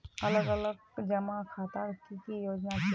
अलग अलग जमा खातार की की योजना छे?